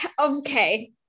okay